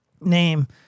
name